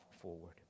forward